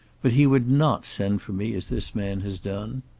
but he would not send for me as this man has done.